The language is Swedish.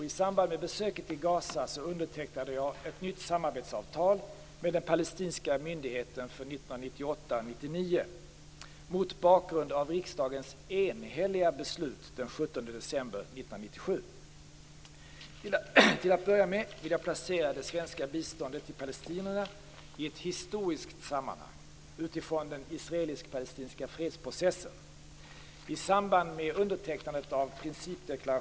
I samband med besöket i Gaza undertecknade jag ett nytt samarbetsavtal med den palestinska myndigheten för 1998-1999, mot bakgrund av riksdagens enhälliga beslut den 17 december 1997. Till att börja med vill jag placera det svenska biståndet till palestinierna i ett historiskt sammanhang utifrån den israelisk-palestinska fredsprocessen.